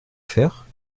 faire